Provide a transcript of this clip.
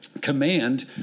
Command